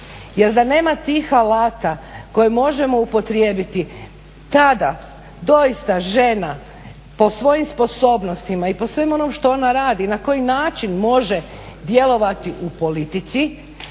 jer da nema tih alata koje možemo upotrijebiti tada doista žena po svojim sposobnostima i po svemu onom što ona radi i na koji način može djelovati u politici